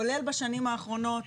כולל בשנים האחרונות,